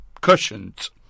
cushions